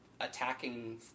attacking